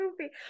movie